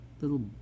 little